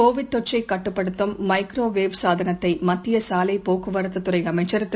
Covid தொற்றைக் கட்டுப்படுத்தும் microwave சாதனத்தைமத்தியசாலைப் போக்குவரத்துத் துறைஅமைச்சர் திரு